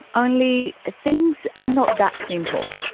only. things are not that simple.